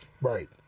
Right